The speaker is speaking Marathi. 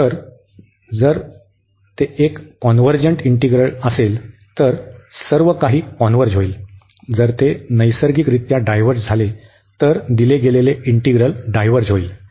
तर जर ते एक कॉन्व्हर्जन्ट इंटीग्रल असेल तर सर्व काही कॉन्व्हर्ज होईल जर ते नैसर्गिकरित्या डायव्हर्ज झाले तर दिले गेलेले इंटीग्रल डायव्हर्ज होईल